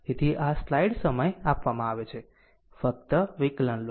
તેથી આ સ્લાઈડ સમય આપવામાં આવે છે ફક્ત વિકલન લો